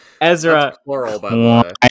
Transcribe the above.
Ezra